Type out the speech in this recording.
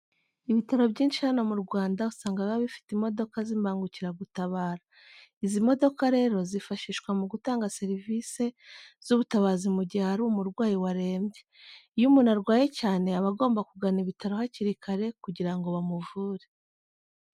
Ibitaro byinshi hano mu Rwanda usanga biba bifite imodoka z'imbangukiragutabara. Izi modoka rero zifashishwa mu gutanga serivise z'ubutabazi mu gihe hari umurwayi warembye. Iyo umuntu arwaye cyane aba agomba kugana ibitaro hakiri kare kugira ngo bamuvure.